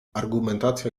argumentacja